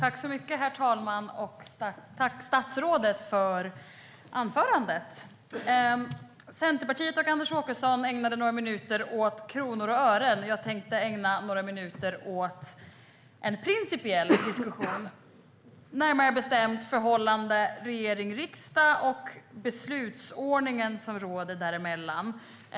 Herr talman! Tack, statsrådet, för anförandet! Centerpartiet och Anders Åkesson ägnade några minuter åt kronor och ören. Jag tänkte ägna några minuter åt en principiell diskussion om närmare bestämt förhållandet regering-riksdag och den beslutsordning som råder däremellan.